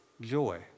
joy